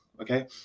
okay